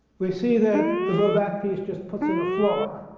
we see that the rho vac piece just puts in a floor